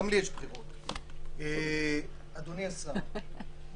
אדוני השר,